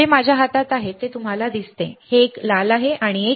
जे माझ्या हातात आहे ते तुम्हाला दिसते एक लाल आहे एक काळा सोपे आहे